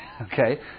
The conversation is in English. okay